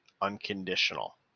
unconditional